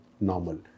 normal